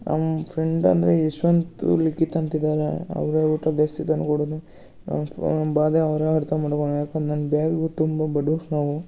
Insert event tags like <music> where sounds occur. ನಮ್ಮ ಫ್ರೆಂಡ್ ಅಂದರೆ ಯಶ್ವಂತ ಲಿಕಿತ್ ಅಂತ ಇದ್ದರೆ ಅವರೇ ಊಟ ಜಾಸ್ತಿ ತಂದ್ಕೊಡೋದು ನಮ್ಮ ಫ ನಮ್ಮ ಬಾಧೆ ಅವರೇ ಅರ್ಥ ಮಾಡ್ಕೊಳದ್ ಯಾಕನ್ ನನ್ನ <unintelligible> ತುಂಬ ಬಡವ್ರು ನಾವು